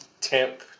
Temp